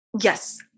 Yes